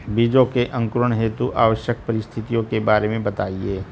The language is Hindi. बीजों के अंकुरण हेतु आवश्यक परिस्थितियों के बारे में बताइए